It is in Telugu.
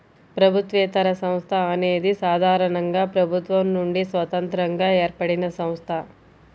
ప్రభుత్వేతర సంస్థ అనేది సాధారణంగా ప్రభుత్వం నుండి స్వతంత్రంగా ఏర్పడినసంస్థ